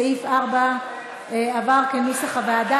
סעיף 4 עבר כנוסח הוועדה.